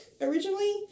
originally